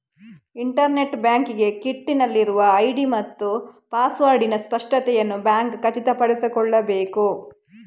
internet banking kit ನಲ್ಲಿರುವ ID ಮತ್ತು ಪಾಸ್ವರ್ಡಿನ ಸ್ಪಷ್ಟತೆಯನ್ನು ಬ್ಯಾಂಕ್ ಖಚಿತಪಡಿಸಿಕೊಳ್ಳಬೇಕು